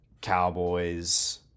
Cowboys